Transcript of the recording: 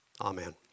Amen